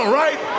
right